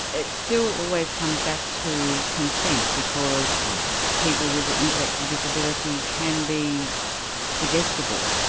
it still always comes back to consent, because people with an intellectual disability can be suggestible,